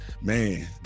Man